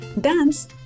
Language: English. Dance